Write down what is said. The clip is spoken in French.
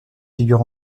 figures